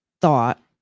thought